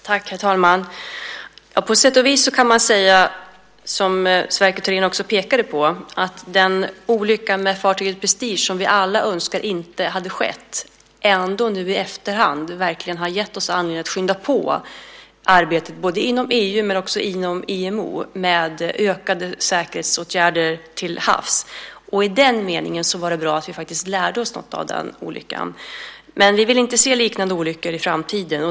Herr talman! På sätt och vis kan man säga, vilket Sverker Thorén också pekade på, att olyckan med fartyget Prestige, som vi alla önskar inte hade skett, nu i efterhand ändå har gett oss anledning att skynda på arbetet, både inom EU och inom IMO, med ökade säkerhetsåtgärder till havs. I den meningen var det bra att vi faktiskt lärde oss något av den olyckan. Vi vill dock inte se liknande olyckor i framtiden.